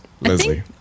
Leslie